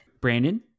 Brandon